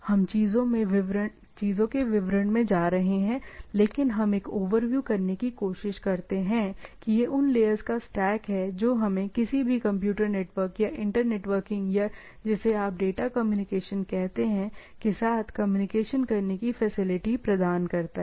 हम चीजों में विवरण में जा रहे हैं लेकिन हम एक ओवरव्यू करने की कोशिश करते हैं कि ये उन लेयरस का स्टैक है जो हमें किसी भी कंप्यूटर नेटवर्क या इंटर नेटवर्किंग या जिसे आप डेटा कम्युनिकेशन कहते हैं के साथ कम्युनिकेशन करने की फैसिलिटी प्रदान करता है